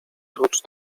prócz